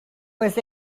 was